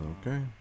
Okay